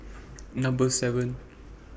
Number seven